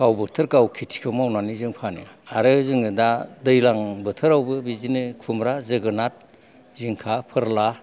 गाव बोथोर गाव खेथिखौ मावनानै जोङो फानो आरो जोङो दा दैलां बोथोरावबो बिदिनो खुमब्रा जोगोनाथ जिंखा फोरला